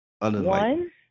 One